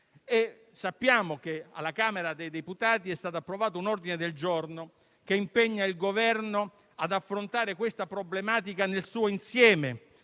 Sappiamo che alla Camera dei deputati è stato approvato un ordine del giorno che impegna il Governo ad affrontare questa problematica nel suo insieme